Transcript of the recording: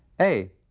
a,